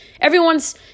Everyone's